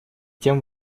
тем